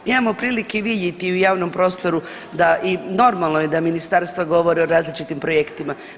Mi imamo prilike i vidjeti i u javnom prostoru da, i normalno je da ministarstva govore o različitim projektima.